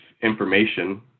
information